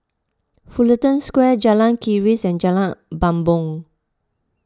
Fullerton Square Jalan Keris and Jalan Bumbong